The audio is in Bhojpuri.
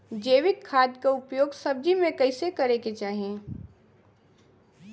जैविक खाद क उपयोग सब्जी में कैसे करे के चाही?